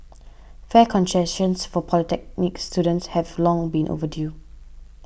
fare for polytechnic students have long been overdue